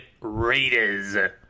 Raiders